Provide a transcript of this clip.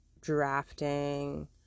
drafting